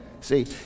See